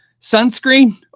sunscreen